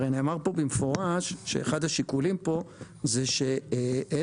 הרי נאמר פה במפורש שאחד השיקולים פה זה שאין